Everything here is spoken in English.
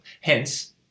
Hence